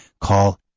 call